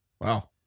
Wow